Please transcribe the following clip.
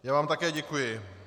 Já vám také děkuji.